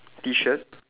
T shirt